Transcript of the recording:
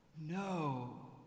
No